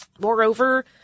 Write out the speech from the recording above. Moreover